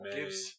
gives